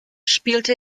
spielte